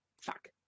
fuck